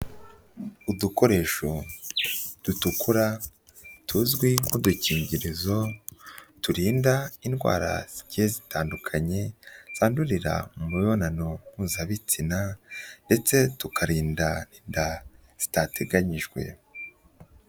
Udukoresho dutukura tuzwi nk'udukingirizo turinda indwara zigiye zitandukanye zandurira mu mibonano mpuzabitsina ndetse tukarinda inda zitateganyijwe.